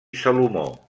salomó